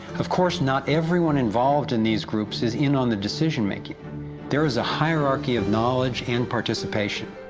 of course, not everyone involved in these groups is in on the decision-making there is a hierarchy of knowledge and participation.